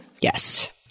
Yes